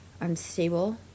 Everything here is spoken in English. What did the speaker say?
unstable